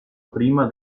prima